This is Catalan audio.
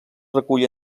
recull